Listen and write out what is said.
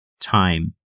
time